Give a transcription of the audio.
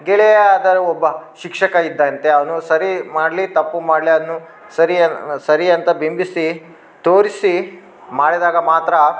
ಗೆಳೆಯ ಅಂದರೆ ಒಬ್ಬ ಶಿಕ್ಷಕ ಇದ್ದಂತೆ ಅವನು ಸರಿ ಮಾಡಲಿ ತಪ್ಪು ಮಾಡಲಿ ಅದನ್ನು ಸರಿ ಅನ್ ಸರಿ ಅಂತ ಬಿಂಬಿಸಿ ತೋರಿಸಿ ಮಾಡಿದಾಗ ಮಾತ್ರ